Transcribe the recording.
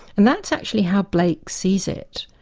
and that's actually how blake sees it.